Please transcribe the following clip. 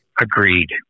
Agreed